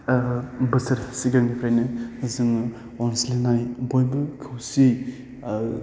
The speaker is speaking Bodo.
बोसोर सिगांनिफ्रायनो जोङो अनज्लायनाय बयबो खौसेयै